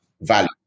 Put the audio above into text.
Value